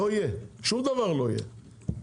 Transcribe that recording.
שום דבר לא יהיה,